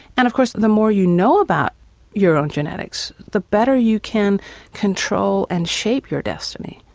and of course the more you know about your own genetics the better you can control and shape your destiny.